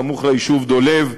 סמוך ליישוב דולב,